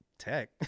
tech